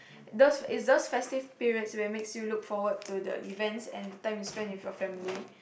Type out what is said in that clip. those is those festive periods where makes you look forward to the events and the time you spend with your family